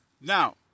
Now